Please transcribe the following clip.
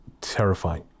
terrifying